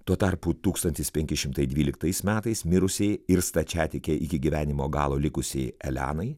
tuo tarpu tūkstantis penki šimtai dvyliktais metais mirusiai ir stačiatike iki gyvenimo galo likusiai elenai